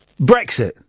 Brexit